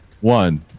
one